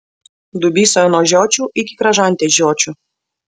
dubysoje nuo žiočių iki kražantės žiočių